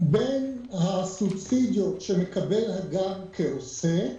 בין הסובסידיות שמקבל אדם כעוסק,